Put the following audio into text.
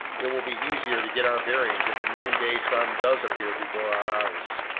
it will be easy to get our bearings if the noonday sun does appear before our eyes.